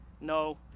No